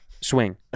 swing